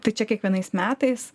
tai čia kiekvienais metais